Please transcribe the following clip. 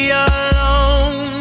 alone